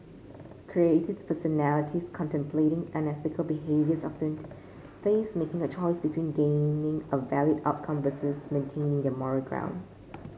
creative personalities contemplating unethical behaviours often face making a choice between gaining a valued outcome versus maintaining their moral ground